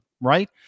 right